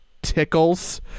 Tickles